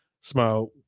smile